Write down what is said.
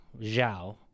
Zhao